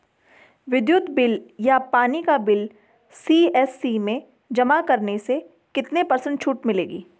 विद्युत बिल या पानी का बिल सी.एस.सी में जमा करने से कितने पर्सेंट छूट मिलती है?